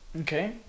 Okay